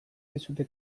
dizute